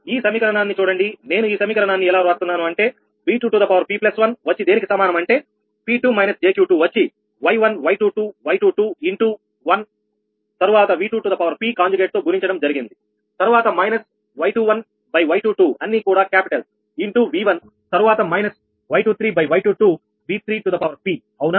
ఈ సమీకరణాన్ని చూడండి నేను ఈ సమీకరణాన్ని ఎలా వ్రాస్తున్నాను అంటే 𝑉2𝑝1 వచ్చి దేనికి సమానం అంటే P2 j Q2 వచ్చి Y1 Y22Y22ఇంటూ1 తరువాత 𝑉2𝑝 కాంజుగేట్ తో గుణించడం జరిగింది తర్వాత మైనస్ 𝑌21 𝑌22 అన్నీ కూడా క్యాపిటల్స్ ఇంటూV1 తరువాత మైనస్ 𝑌23 𝑌22 𝑉3𝑝 అవునా